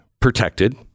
protected